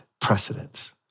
precedence